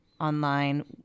online